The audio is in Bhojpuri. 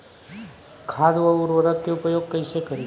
खाद व उर्वरक के उपयोग कईसे करी?